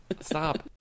Stop